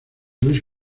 luis